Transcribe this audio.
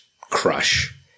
crush